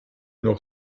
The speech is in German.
noch